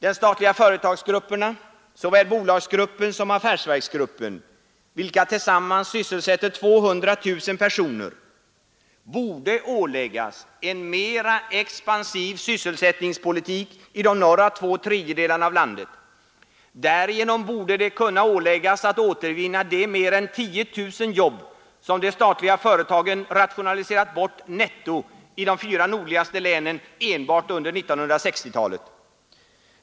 De statliga företagsgrupperna, såväl bolagsgruppen som affärsverksgruppen, vilka tillsammans sysselsätter 200 000 personer, borde åläggas en mera expansiv sysselsättningspolitik i de norra två tredjedelarna av landet. De borde kunna åläggas att återvinna de mer än 10 000 jobb som de statliga företagen rationaliserat bort netto i de fyra nordligaste länen enbart under 1960-talet.